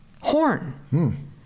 horn